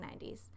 90s